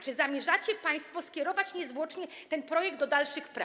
Czy zamierzacie państwo skierować niezwłocznie ten projekt do dalszych prac?